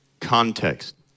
context